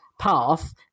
path